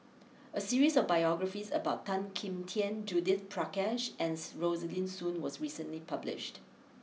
a series of biographies about Tan Kim Tian Judith Prakash and Rosaline Soon was recently published